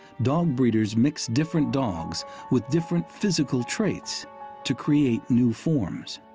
dog breeders mixed different dogs with different physical traits to create new forms.